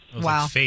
Wow